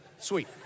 sweet